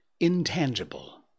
intangible